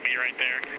yeah right there.